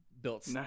built